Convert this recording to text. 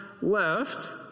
left